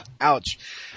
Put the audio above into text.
Ouch